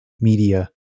media